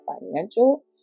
financial